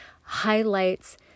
highlights